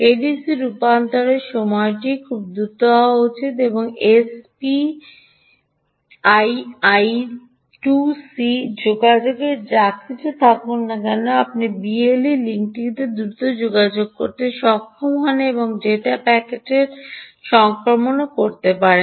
ADC রূপান্তরের সময়টি খুব দ্রুত হওয়া উচিত এবং এসপিআই আই 2 সি যোগাযোগের যা কিছু থাকুক না কেন আপনি BLE লিঙ্কটিতে দ্রুত যোগাযোগ করতে সক্ষম হন এবং ডেটা প্যাকেটের সংক্রমণও করতে পারেন